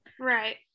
Right